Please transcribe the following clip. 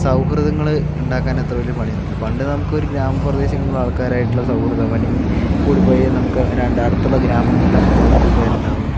സൗഹൃദങ്ങൾ ഉണ്ടാക്കാൻ അത്ര വലിയ പണിയൊന്നുമില്ല പണ്ട് നമുക്ക് ഒരു ഗ്രാമപ്രദേശങ്ങളിൽ ഉള്ള ആൾക്കാരുമായിട്ടുള്ള സൗഹൃദം അല്ലെങ്കിൽ കൂടിപ്പോയാൽ നമുക്ക് രണ്ട് അടുത്തുള്ള ഗ്രാമങ്ങളിലുള്ള കൂട്ടുകാർ ഉണ്ടാകും